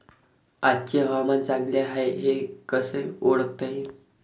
आजचे हवामान चांगले हाये हे कसे ओळखता येईन?